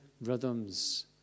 Rhythms